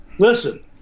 Listen